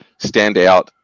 standout